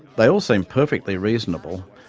they all seem perfectly reasonable,